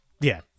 yeah-